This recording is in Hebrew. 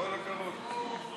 נתקבל.